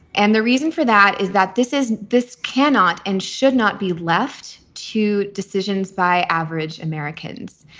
and the reason for that is that this is this cannot and should not be left to decisions by average americans.